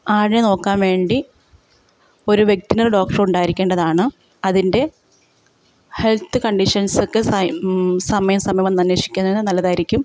ആടിനെ നോക്കാൻ വേണ്ടി ഒരു വെറ്റെനറി ഡോക്ടർ ഉണ്ടായിരിക്കേണ്ടതാണ് അതിൻ്റെ ഹെൽത്ത് കണ്ടീഷൻസ് ഒക്കെ സയ് സമയാ സമയം വന്ന് അന്വേഷിക്കുന്നതു നല്ലതായിരിക്കും